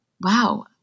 wow